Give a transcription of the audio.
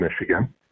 Michigan